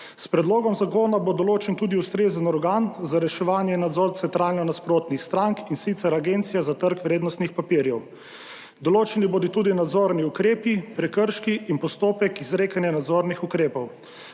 S predlogom zakona bo določen tudi ustrezen organ za reševanje in nadzor centralno nasprotnih strank, in sicer Agencija za trg vrednostnih papirjev. Določeni bodo tudi nadzorni ukrepi, prekrški in postopek izrekanja nadzornih ukrepov.